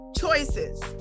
Choices